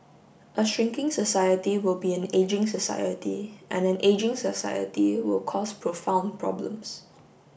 a shrinking society will be an ageing society and an ageing society will cause profound problems